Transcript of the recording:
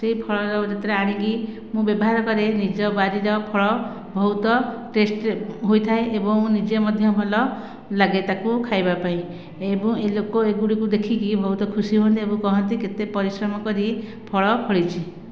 ସେହି ଫଳ ଯେତେବେଳେ ଆଣିକି ମୁଁ ବ୍ୟବହାର କରେ ନିଜ ବାରି ର ଫଳ ବହୁତ ଟେଷ୍ଟ ହୋଇଥାଏ ଏବଂ ନିଜେ ମଧ୍ୟ ଭଲ ଲାଗେ ତାକୁ ଖାଇବା ପାଇଁ ଏବଂ ଲୋକ ଏଗୁଡ଼ିକ ଦେଖିକି ବହୁତ ଖୁସି ହୁଅନ୍ତି ଏବଂ କହନ୍ତି କେତେ ପରିଶ୍ରମ କରି ଫଳ ଫଳିଛି